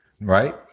right